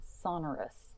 sonorous